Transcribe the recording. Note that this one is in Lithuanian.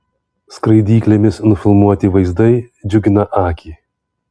skraidyklėmis nufilmuoti vaizdai džiugina akį